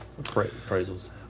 appraisals